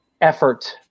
effort